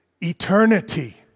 Eternity